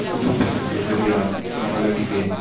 उधमपुर आई गे दंदयाल रौह्न लगी पे